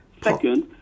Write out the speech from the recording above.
Second